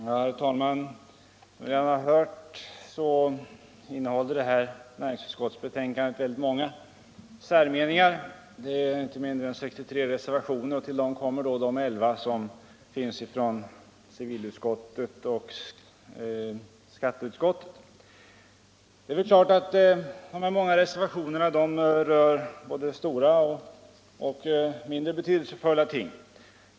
Herr talman! Som vi hört innehåller näringsutskottets betänkande väldigt många särmeningar. Det är inte mindre än 63 reservationer. Till dessa kommer de 11 som avgivits i civilutskottet och skatteutskottet. Det är klart att de många reservationerna rör både stora och mindre betydelsefulla ting.